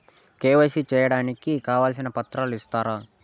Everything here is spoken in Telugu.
కె.వై.సి సేయడానికి కావాల్సిన పత్రాలు ఇస్తారా?